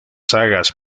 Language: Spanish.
sagas